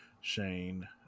Shane